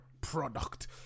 product